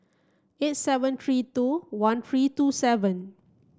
eight seven three two one three two seven